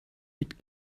mit